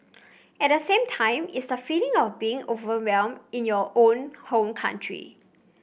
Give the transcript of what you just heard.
at the same time it's the feeling of being overwhelmed in your own home country